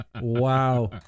Wow